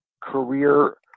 career